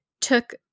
took